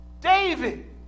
David